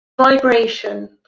vibration